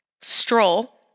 stroll